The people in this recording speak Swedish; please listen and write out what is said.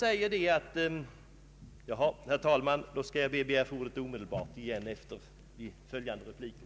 Eftersom tiden är överskriden skall jag be att få ordet omedelbart efter följande repliker.